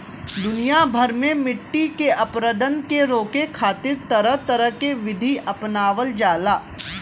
दुनिया भर में मट्टी के अपरदन के रोके खातिर तरह तरह के विधि अपनावल जाला